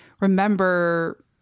remember